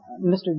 Mr